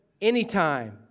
anytime